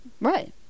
Right